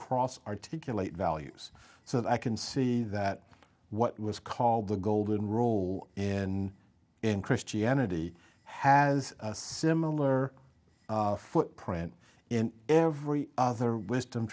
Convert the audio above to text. cross articulate values so that i can see that what was called the golden rule in in christianity has a similar footprint in every other wisdom